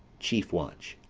chief watch.